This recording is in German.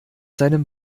seinem